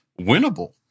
winnable